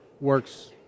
works